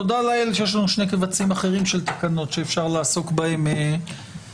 תודה לאל שיש לנו שני קבצים אחרים של תקנות שאפשר לעסוק בהם היום.